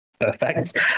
Perfect